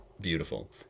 beautiful